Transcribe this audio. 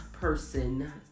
person